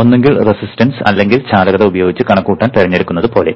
ഒന്നുകിൽ റെസിസ്റ്റൻസ് അല്ലെങ്കിൽ ചാലകത ഉപയോഗിച്ച് കണക്കുകൂട്ടാൻ തിരഞ്ഞെടുക്കുന്നത് പോലെ